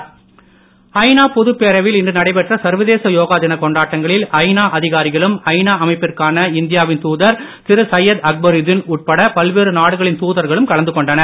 ஐநா ஐநா பொதுப் பேரவையில் இன்று நடைபெற்ற சர்வதேச யோகா தினக் கொண்டாட்டங்களில் ஐநா அதிகாரிகளும் ஐநா அமைப்பிற்கான இந்தியாவின் தூதர் திரு சையத் அக்பருதீன் உட்பட பல்வேறு நாடுகளின் தூதர்களும் கலந்து கொண்டனர்